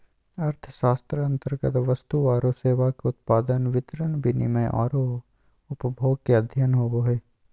अर्थशास्त्र अन्तर्गत वस्तु औरो सेवा के उत्पादन, वितरण, विनिमय औरो उपभोग के अध्ययन होवो हइ